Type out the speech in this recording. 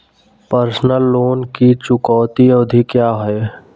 Personal loan की चुकौती अवधि क्या है?